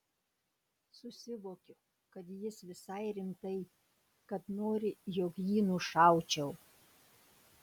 susivokiu kad jis visai rimtai kad nori jog jį nušaučiau